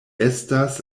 estas